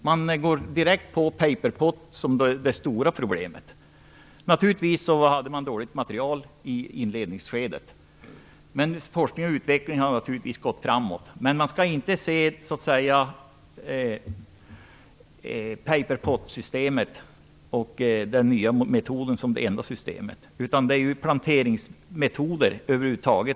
Man pekar direkt ut detta med paper pot som det stora problemet. Naturligtvis var materialet dåligt i inledningsskedet, men forskningen och utvecklingen har gått framåt. Men man skall inte se paper pot-systemet och den nya metoden som det enda systemet, utan man skall ju se på planteringsmetoder över huvud taget.